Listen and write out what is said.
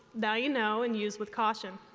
now you know and use with caution.